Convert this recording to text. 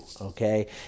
okay